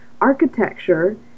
architecture